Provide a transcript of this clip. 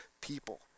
people